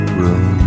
room